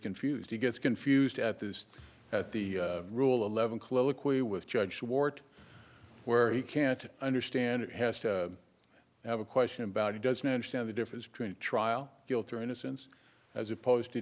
confused he gets confused at this at the rule eleven chloe qui with judge wart where he can't understand it has to have a question about it does not understand the difference between a trial guilt or innocence as opposed to